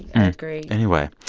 and i agree anyway,